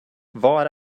var